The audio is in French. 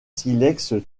silex